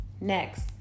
Next